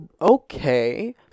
okay